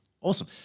awesome